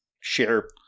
share